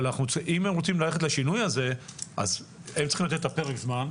אבל אם הם רוצים ללכת לשינוי הזה אז הם צריכים לתת את פרק הזמן,